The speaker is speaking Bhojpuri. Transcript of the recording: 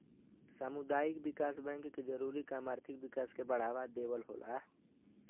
सामुदायिक विकास बैंक के जरूरी काम आर्थिक विकास के बढ़ावा देवल होला